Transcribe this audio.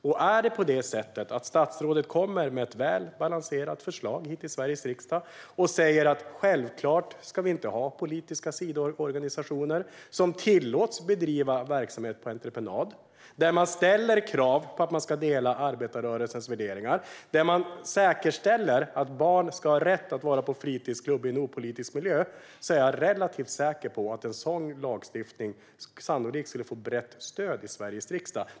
Om statsrådet kommer med ett väl balanserat förslag till Sveriges riksdag och säger: Självklart ska vi inte ha politiska sidoorganisationer som tillåts bedriva verksamhet på entreprenad där man ställer krav på att man ska dela arbetarrörelsens värderingar, och vi ska säkerställa att barn ska ha rätt att vara i en fritidsklubb i en opolitisk miljö - är jag relativt säker på att en sådan lagstiftning sannolikt skulle få brett stöd i Sveriges riksdag.